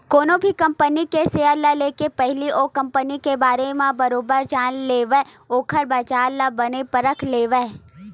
कोनो भी कंपनी के सेयर ल लेके पहिली ओ कंपनी के बारे म बरोबर जान लेवय ओखर बजार ल बने परख लेवय